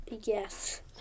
Yes